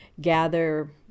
gather